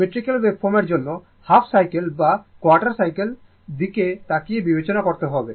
symmetrical ওয়েভফর্মের জন্য half cycle বা কোয়ার্টার সাইকেলের দিকে তাকিয়ে বিবেচনা করতে হবে